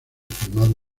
firmado